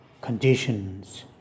conditions